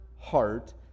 heart